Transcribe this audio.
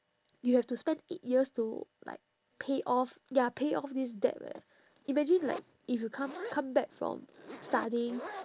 you have to spend eight years to like pay off ya pay off this debt leh imagine like if you come come back from studying